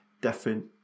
different